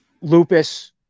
lupus